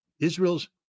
israel's